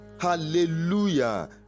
hallelujah